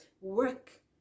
Work